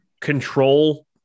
control